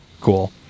cool